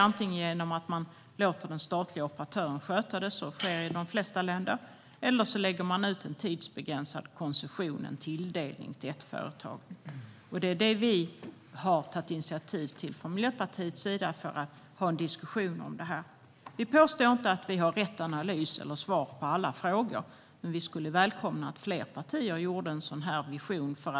Antingen låter man den statliga operatören sköta det, vilket sker i de flesta länder, eller så tilldelar man ett företag en tidsbegränsad koncession. Vi har från Miljöpartiets sida tagit initiativ till en diskussion om det här. Vi påstår inte att vi alltid skulle ha rätt analys och rätt svar på alla frågor. Men vi skulle välkomna om fler partier presenterade sådana här visioner.